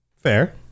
Fair